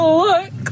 look